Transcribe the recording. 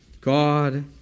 God